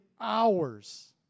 hours